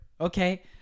Okay